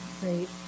Great